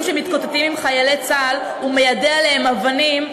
שמתקוטטים עם חיילי צה"ל ומיידים עליהם אבנים,